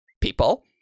people